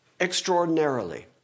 extraordinarily